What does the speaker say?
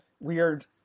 weird –